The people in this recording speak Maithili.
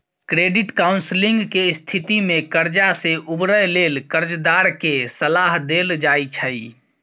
क्रेडिट काउंसलिंग के स्थिति में कर्जा से उबरय लेल कर्जदार के सलाह देल जाइ छइ